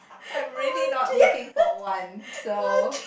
I'm really not looking for one so